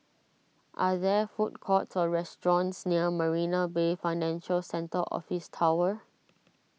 are there food courts or restaurants near Marina Bay Financial Centre Office Tower